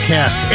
Cast